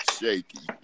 shaky